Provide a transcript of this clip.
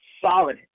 solid